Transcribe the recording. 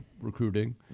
recruiting